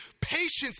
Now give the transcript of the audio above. patience